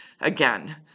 Again